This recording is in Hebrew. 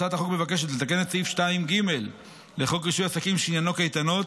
הצעת החוק מבקשת לתקן את סעיף 2ג לחוק רישוי עסקים שענייננו קייטנות,